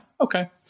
okay